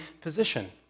position